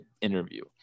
interview